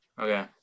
Okay